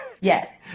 Yes